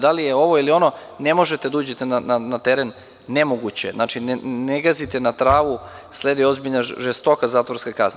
Da li je ovo ili ono, ne možete da uđete na teren, nemoguće je, ne gazite na travu, sledi ozbiljna žestoka zatvorska kazna.